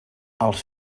els